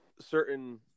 certain